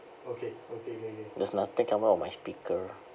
okay okay can can there's nothing come out of my speaker